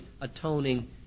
atoning